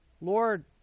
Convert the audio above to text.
Lord